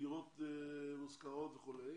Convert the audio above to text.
לדירות מושכרות וכולי.